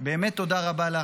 באמת תודה לך.